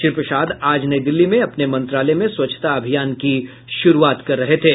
श्री प्रसाद आज नई दिल्ली में अपने मंत्रालय में स्वच्छता अभियान की शुरूआत कर रहे थे